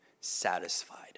satisfied